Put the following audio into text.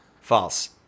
False